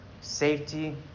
safety